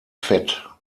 fett